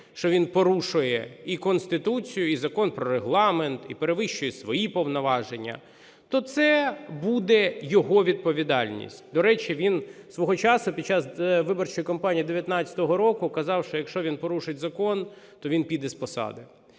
що він порушує і Конституцію, і Закон про Регламент, і перевищує свої повноваження, то це буде його відповідальність. До речі, він свого часу під час виборчої кампанії 2019 року казав, що якщо він порушить закон, то він піде з посади.